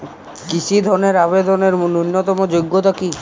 কৃষি ধনের আবেদনের ন্যূনতম যোগ্যতা কী?